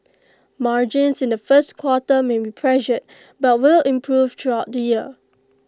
margins in the first quarter may be pressured but will improve throughout the year